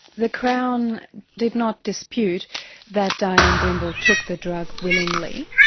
the crown did not dispute that dianne brimble took the drug willingly.